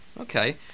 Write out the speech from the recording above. Okay